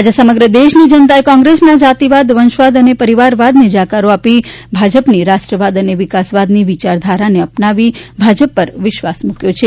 આજે સમગ્ર દેશની જનતાએ કોંગ્રેસના જાતિવાદ વંશવાદ પરિવારવાદને જાકારો આપી ભાજપાની રાષ્ટ્રવાદ અને વિકાસવાદની વિચારધારાને અપનાવી ભાજપા પર વિશ્વાસ મુક્યો છે